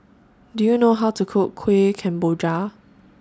Do YOU know How to Cook Kueh Kemboja